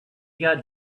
got